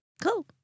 Cool